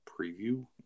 preview